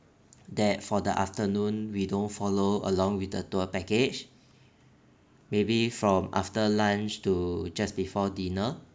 that for the afternoon we don't follow along with the tour package maybe from after lunch to just before dinner